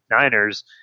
niners